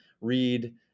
read